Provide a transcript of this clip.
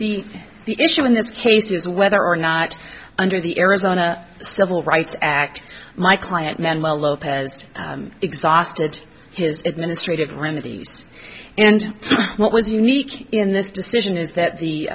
the the issue in this case is whether or not under the arizona civil rights act my client manwell lopez exhausted his administrative remedies and what was unique in this decision is that the